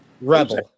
rebel